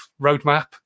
roadmap